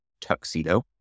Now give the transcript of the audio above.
tuxedo